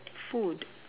food